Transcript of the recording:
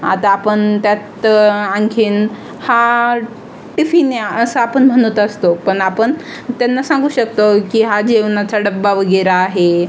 आता आपण त्यात्त आणखीन हा टिफिन आहे असं आपण म्हणत असतो पण आपण त्यांना सांगू शकतो की हा जेवणाचा डब्बा वगैरे आहे